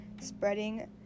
spreading